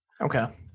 Okay